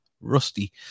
rusty